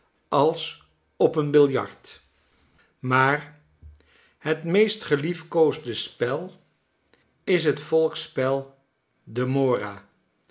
als op een biljart maar hetmeestgeliefkoosde spel is het volksspel de mora